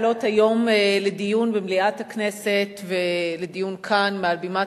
ורואים איך מאות המיליונים והמיליארדים עפים.